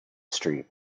street